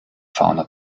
fauna